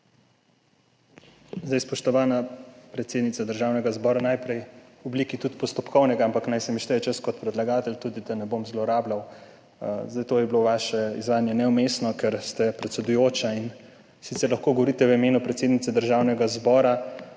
Spoštovana predsednica Državnega zbora, najprej v obliki tudi postopkovnega, ampak naj se mi šteje čas kot predlagatelj, da ne bom zlorabljal. To vaše izvajanje je bilo neumestno, ker ste predsedujoča, sicer lahko govorite v imenu predsednice Državnega zbora,